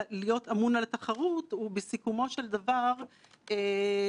מהדברים שעלו פה ומן ההמלצות שכבר יצאו לתקשורת,